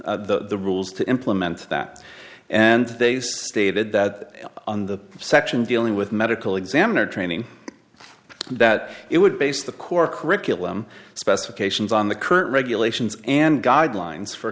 proposed the rules to implement that and they stated that on the section dealing with medical examiner training that it would base the core curriculum specifications on the current regulations and guidelines for